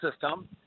system